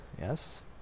yes